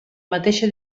mateixa